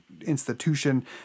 institution